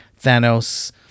Thanos